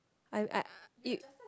I I it